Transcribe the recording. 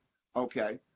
ok?